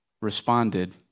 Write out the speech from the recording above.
responded